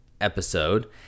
episode